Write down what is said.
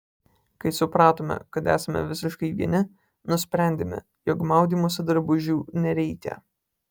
kai supratome kad esame visiškai vieni nusprendėme jog maudymosi drabužių nereikia